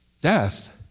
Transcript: death